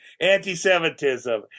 Anti-Semitism